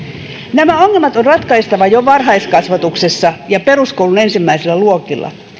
nämä ongelmat on ratkaistava jo varhaiskasvatuksessa ja peruskoulun ensimmäisillä luokilla